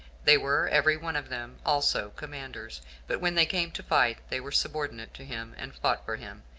they were every one of them also commanders but when they came to fight, they were subordinate to him, and fought for him,